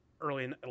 early